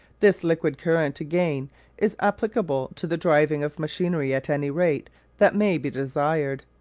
this liquid-current, again, is applicable to the driving of machinery at any rate that may be desired.